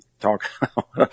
talk